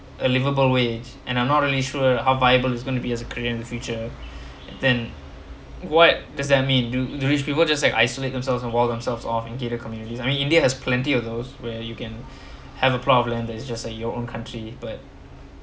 a livable wage and I'm not really sure how viable is going to be as a career in future and then what does that mean do do rich people just like isolate themselves or wall themselves off in gated communities I mean india has plenty of those where you can have a plot of land that is just like your own country but